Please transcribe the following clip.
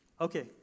okay